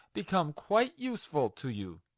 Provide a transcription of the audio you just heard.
become quite useful to you.